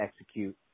execute